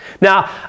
now